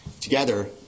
Together